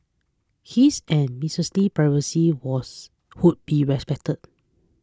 his and Mrs Lee's privacy was would be respected